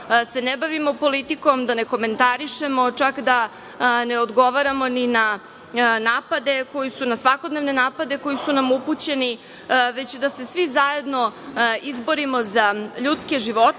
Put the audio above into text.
da se ne bavimo politikom, da ne komentarišemo, čak da ne odgovaramo ni na napade koji su nam upućeni, već da se svi zajedno izborimo za ljudske živote,